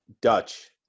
Dutch